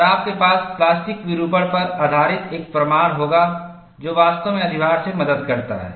और आपके पास प्लास्टिक विरूपण पर आधारित एक प्रमाण होगा जो वास्तव में अधिभार में मदद करता है